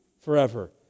forever